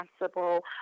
responsible